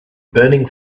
burning